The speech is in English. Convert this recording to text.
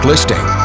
Listing